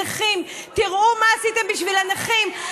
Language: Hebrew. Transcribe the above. הנכים, תראו מה עשיתם בשביל הנכים.